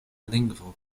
lingvo